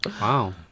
Wow